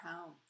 home